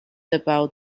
about